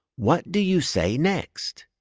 what do you say next?